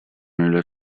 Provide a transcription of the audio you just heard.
nella